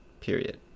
Period